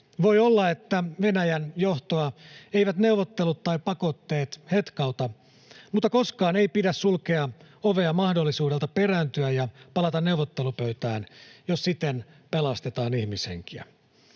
Voi olla, että Venäjän johtoa eivät neuvottelut tai pakotteet hetkauta, mutta koskaan ei pidä sulkea ovea mahdollisuudelta perääntyä ja palata neuvottelupöytään, jos siten pelastetaan ihmishenkiä.